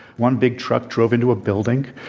one big truck drove into a building.